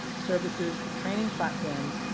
services, training platforms,